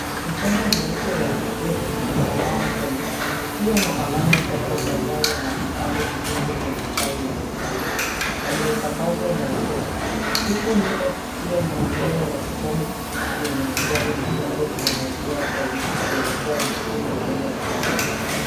Mchanga mweupe wa ufukweni umesambaa mbele. Ukiwa na alama chache za nyayo na vipande vidogo vya matawi yamekauka yaliyosambazwa na upepo. Huku nyuma kukiwa na mimea ya kijani kibichi yenye majani madogo inayokuwa kwa wingi kuelekea msituni mnene wa asili.